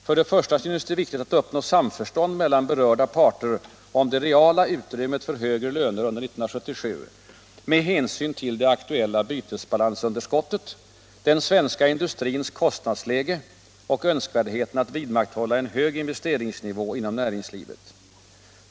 För det första synes det viktigt att uppnå samförstånd mellan berörda parter om det reala utrymmet för högre löner under 1977 med hänsyn till det aktuella bytesbalansunderskottet, den svenska industrins kostnadsläge och önskvärdheten att vidmakthålla en hög investeringsnivå inom näringslivet.